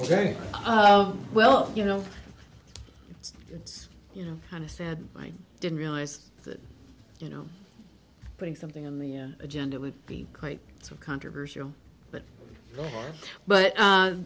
ok well you know it's you know kind of sad i didn't realize that you know putting something on the agenda would be quite so controversial but but